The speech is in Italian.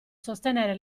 sostenere